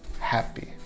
happy